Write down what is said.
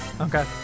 Okay